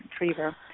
retriever